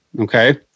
Okay